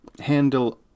handle